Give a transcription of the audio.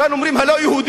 כאן אומרים "הלא-יהודים".